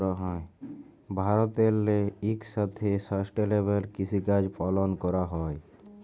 ভারতেল্লে ইকসাথে সাস্টেলেবেল কিসিকাজ পালল ক্যরা হ্যয়